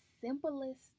simplest